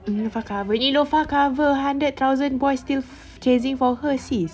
neelofa cover neelofa cover hundred thousand boys still chasing for her sis